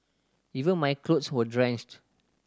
even my clothes were drenched